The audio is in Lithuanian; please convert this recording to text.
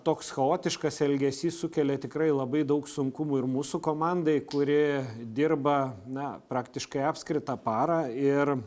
toks chaotiškas elgesys sukelia tikrai labai daug sunkumų ir mūsų komandai kuri dirba na praktiškai apskritą parą ir